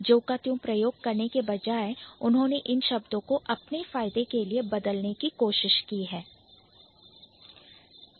ज्यों का त्यों प्रयोग करने के बजाय उन्होंने इन शब्दों को अपने फायदे के लिए बदलने की कोशिश की है